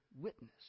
witness